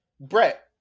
Brett